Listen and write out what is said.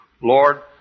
Lord